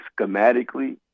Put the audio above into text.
schematically